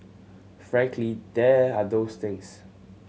frankly there are those things